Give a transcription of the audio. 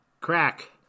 crack